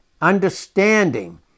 understanding